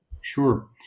Sure